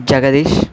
Jagadish